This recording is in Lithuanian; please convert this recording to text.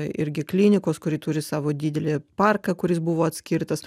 irgi klinikos kuri turi savo didelį parką kuris buvo atskirtas